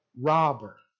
robber